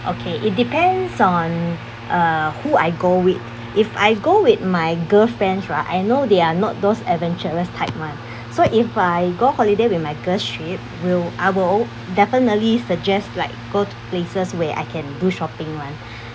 okay it depends on uh who I go with if I go with my girlfriends right I know they are not those adventurous type [one] so if I go holiday with my girls trip will I will definitely suggest like go to places where I can do shopping [one]